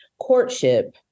courtship